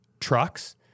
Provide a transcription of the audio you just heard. trucks